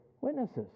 witnesses